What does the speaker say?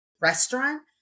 restaurant